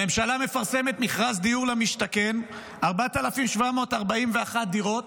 הממשלה מפרסמת מכרז דיור למשתכן: 4,741 דירות,